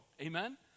amen